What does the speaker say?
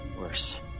Worse